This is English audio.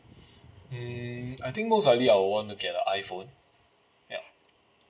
mm I think most likely I would want to get a iphone ya